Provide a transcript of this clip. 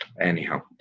Anyhow